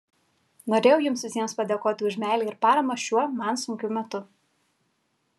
norėjau jums visiems padėkoti už meilę ir paramą šiuo man sunkiu metu